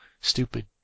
stupid